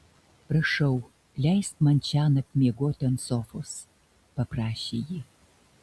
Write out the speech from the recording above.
prašau leisk man šiąnakt miegoti ant sofos paprašė ji